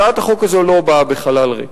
הצעת החוק הזאת לא באה בחלל ריק,